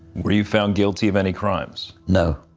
were you found guilty of any crimes? no.